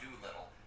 Doolittle